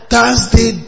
Thursday